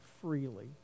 freely